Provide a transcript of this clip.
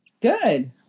Good